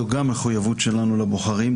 זו גם מחויבות שלנו לבוחרים,